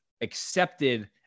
accepted